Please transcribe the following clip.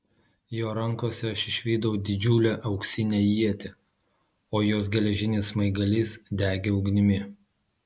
jo rankose aš išvydau didžiulę auksinę ietį o jos geležinis smaigalys degė ugnimi